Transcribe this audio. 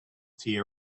tea